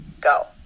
go